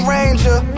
Ranger